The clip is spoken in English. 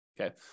okay